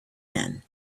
man